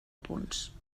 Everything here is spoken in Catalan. punts